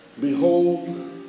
behold